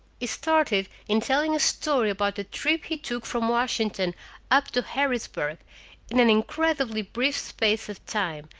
he started in telling a story about a trip he took from washington up to harrisburg in an incredibly brief space of time,